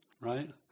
right